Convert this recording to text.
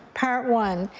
part one.